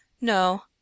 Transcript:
No